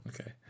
okay